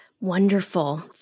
Wonderful